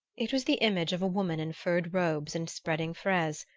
it was the image of a woman in furred robes and spreading fraise,